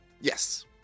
Yes